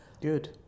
Good